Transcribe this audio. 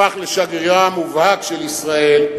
הפך לשגרירה המובהק של ישראל,